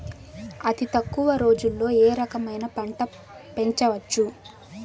అతి తక్కువ రోజుల్లో ఏ రకమైన పంట పెంచవచ్చు?